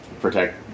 protect